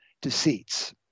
deceits